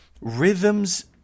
rhythms